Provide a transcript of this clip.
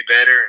better